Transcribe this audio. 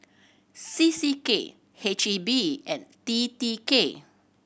C C K H E B and T T K